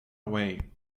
away